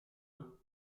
eux